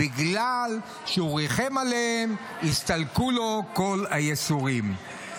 בגלל שהוא ריחם עליהם, הסתלקו לו כל הייסורים.